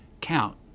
count